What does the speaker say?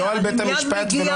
מייד אגיע.